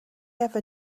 ever